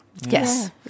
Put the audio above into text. Yes